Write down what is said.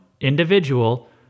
individual